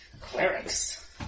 Clerics